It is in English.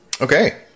Okay